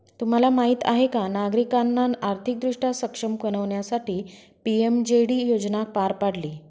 तुम्हाला माहीत आहे का नागरिकांना आर्थिकदृष्ट्या सक्षम बनवण्यासाठी पी.एम.जे.डी योजना पार पाडली